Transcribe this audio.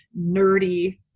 nerdy